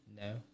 No